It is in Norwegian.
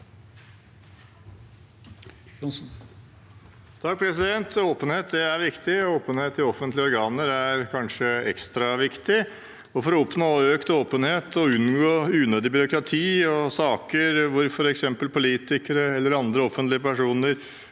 Åpenhet er viktig, og åpenhet i offentlige organer er kanskje ekstra viktig. For å oppnå økt åpenhet og unngå unødig byråkrati og saker hvor f.eks. politikere eller andre offentlige personer